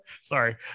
Sorry